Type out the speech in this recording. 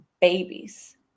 babies